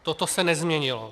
Toto se nezměnilo.